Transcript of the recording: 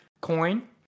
coin